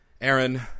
Aaron